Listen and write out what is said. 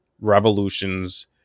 revolutions